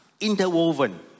interwoven